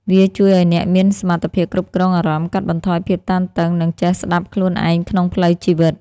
វាជួយអោយអ្នកមានសមត្ថភាពគ្រប់គ្រងអារម្មណ៍ កាត់បន្ថយភាពតានតឹង និងចេះស្ដាប់ខ្លួនឯងក្នុងផ្លូវជីវិត។